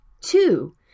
Two